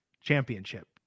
Championship